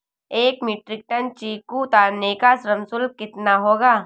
एक metric ton चीकू उतारने का श्रम शुल्क कितना होगा?